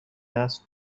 است